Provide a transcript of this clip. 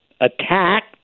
attacked